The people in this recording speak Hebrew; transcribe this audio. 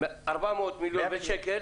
מ-400 מיליון ושקל